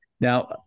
Now